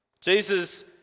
Jesus